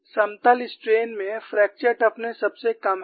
समतल स्ट्रेन में fracture toughness सबसे कम है